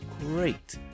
great